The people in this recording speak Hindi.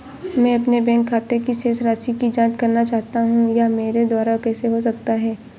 मैं अपने बैंक खाते की शेष राशि की जाँच करना चाहता हूँ यह मेरे द्वारा कैसे हो सकता है?